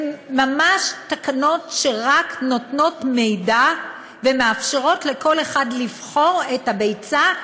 הן ממש תקנות שרק נותנות מידע ומאפשרות לכל אחד לבחור את הביצה,